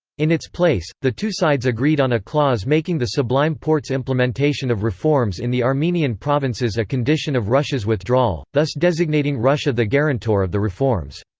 in its place, the two sides agreed on a clause making the sublime porte's implementation of reforms in the armenian provinces a condition of russia's withdrawal, thus designating russia the guarantor of the reforms.